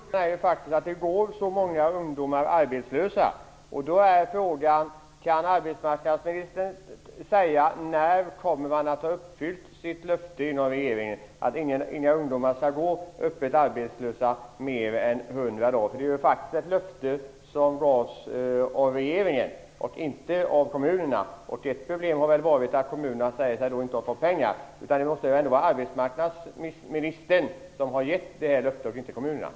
Den intressanta frågan är faktiskt att det går så många ungdomar arbetslösa. Kan arbetsmarknadsministern säga när regeringen kommer att ha infriat sitt löfte om att inga ungdomar skall gå öppet arbetslösa mer än hundra dagar? Det är ett löfte som gavs av regeringen, inte av kommunerna. Ett problem har varit att kommunerna säger sig inte ha fått pengar. Det är ändå arbetsmarknadsministern och inte kommunerna som har givit detta löfte.